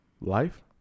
Life